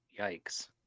yikes